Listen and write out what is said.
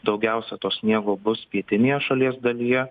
daugiausia to sniego bus pietinėje šalies dalyje